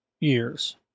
years